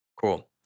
cool